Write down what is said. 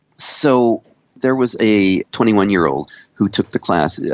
so there was a twenty one year old who took the class, yeah